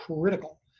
critical